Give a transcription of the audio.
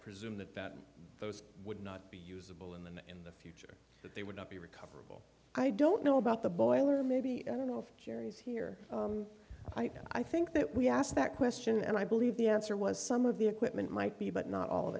presume that that those would not be usable in the in the future that they would not be recoverable i don't know about the boiler maybe i don't know if curious here i think that we asked that question and i believe the answer was some of the equipment might be but not all of